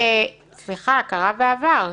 סליחה, קרה בעבר.